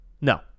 No